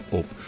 op